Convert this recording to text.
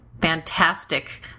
fantastic